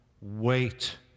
Wait